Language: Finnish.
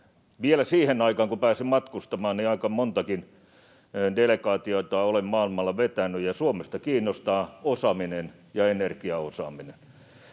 Siihen aikaan, kun vielä pääsin matkustamaan, niin aika montakin delegaatiota olen maailmalla vetänyt, ja Suomesta kiinnostavat osaaminen ja energiaosaaminen.